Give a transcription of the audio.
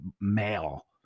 male